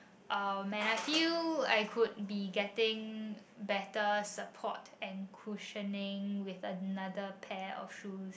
um man I feel I could be getting better support and cushioning with another pair of shoes